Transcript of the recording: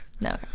No